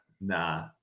Nah